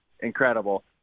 incredible